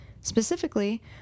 Specifically